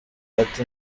ati